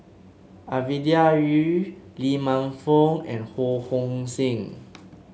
Ovidia Yu Lee Man Fong and Ho Hong Sing